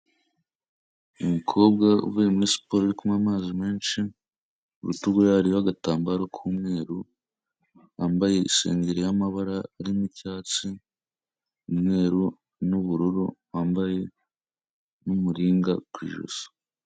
Umukobwa uvuye muri siporo uri kunywa amazi menshi, ku rutugu hariho agatambaro k'umweru, wambaye isengeri y'amabara arimo icyatsi, umweru n'ubururu, wambaye n'umuringa ku ijosi.